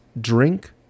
Drink